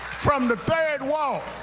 from the third ward,